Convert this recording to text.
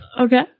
Okay